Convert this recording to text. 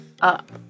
up